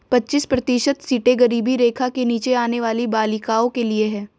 पच्चीस प्रतिशत सीटें गरीबी रेखा के नीचे आने वाली बालिकाओं के लिए है